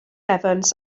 evans